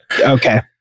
okay